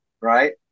right